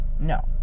no